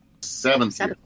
seventh